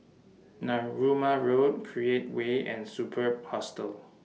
Narooma Road Create Way and Superb Hostel